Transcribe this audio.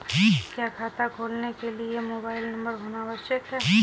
क्या खाता खोलने के लिए मोबाइल नंबर होना आवश्यक है?